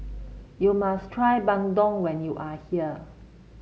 you must try Bandung when you are here